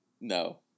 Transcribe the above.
No